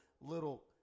little